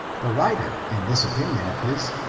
the writer in this opinion of his,